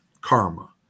Karma